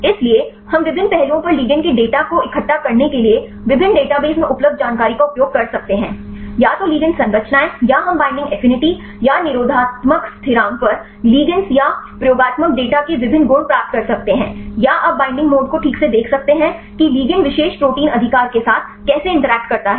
इसलिए हम विभिन्न पहलुओं पर लिगेंड के डेटा को इकट्ठा करने के लिए विभिन्न डेटाबेस में उपलब्ध जानकारी का उपयोग कर सकते हैं या तो लिगैंड संरचनाएं या हम बाइंडिंग एफिनिटी या निरोधात्मक स्थिरांक पर लिगैंड्स या प्रयोगात्मक डेटा के विभिन्न गुण प्राप्त कर सकते हैं या आप बाइंडिंग मोड को ठीक से देख सकते हैं कि लिगैंड विशेष प्रोटीन अधिकार के साथ कैसे इंटरैक्ट करता है